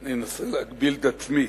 אני אנסה להגביל את עצמי.